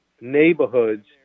neighborhoods